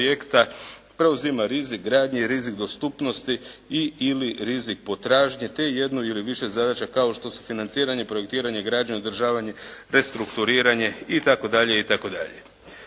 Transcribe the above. preuzima rizik gradnje, rizik dostupnosti i ili rizik potražnje, te jednu ili više zadaća kao što su financiranje, projektiranje, građenje, održavanje, restrukturiranje itd.,